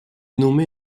nommé